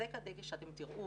אתם תראו